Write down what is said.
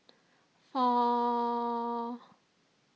four